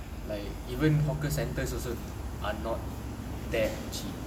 like even hawker centres also are not that cheap